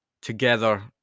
together